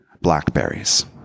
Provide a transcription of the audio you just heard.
blackberries